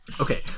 Okay